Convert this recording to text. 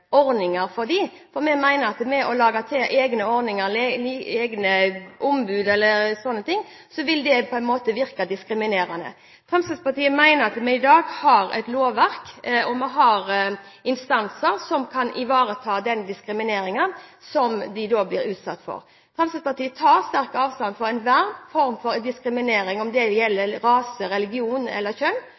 ordninger for dem, for vi mener at å lage egne ordninger – ha egne ombud osv. – vil virke diskriminerende. Fremskrittspartiet mener at vi i dag har et lovverk, vi har instanser, som kan ivareta den diskrimineringen som de da blir utsatt for. Fremskrittspartiet tar sterkt avstand fra enhver form for diskriminering, om det gjelder rase, religion eller kjønn.